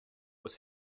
was